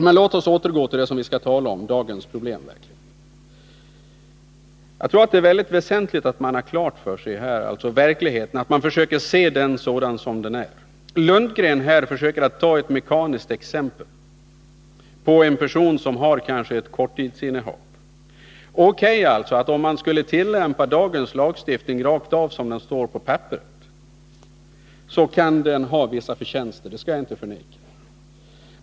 Men låt oss återgå till det som vi skall tala om — dagens problem. Jag tror att det är mycket väsentligt att man försöker se verkligheten som den är. Bo Lundgren tar här ett mekaniskt exempel. Det gäller en person som kanske har ett korttidsinnehav. O.K., om man skulle tillämpa dagens lagstiftning som den står på papperet, så kan den ha vissa förtjänster, det skall jag inte förneka.